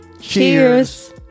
cheers